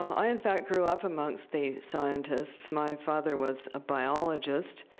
i, in fact, grew up amongst the scientists. my father was a biologist.